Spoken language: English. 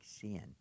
sin